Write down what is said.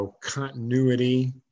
continuity